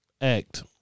act